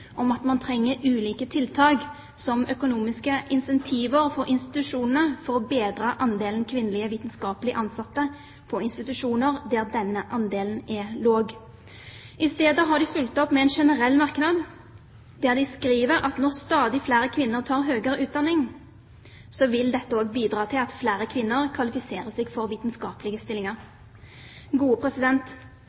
om at man trenger «ulike tiltak, som økonomiske insentiver for institusjonene, for å bedre andelen kvinnelige vitenskapelige ansatte på institusjoner der denne andelen er lav». I stedet har de fulgt opp med en generell merknad der de skriver at når «stadig flere kvinner tar høyere utdanning», så vil dette «bidra til at flere kvinner kvalifiserer seg for vitenskapelige stillinger».